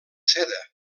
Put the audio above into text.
seda